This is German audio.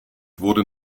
wurde